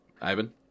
Ivan